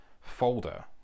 folder